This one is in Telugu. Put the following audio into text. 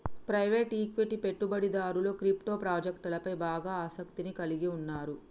ప్రైవేట్ ఈక్విటీ పెట్టుబడిదారులు క్రిప్టో ప్రాజెక్టులపై బాగా ఆసక్తిని కలిగి ఉన్నరు